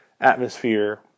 atmosphere